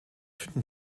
finden